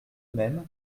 même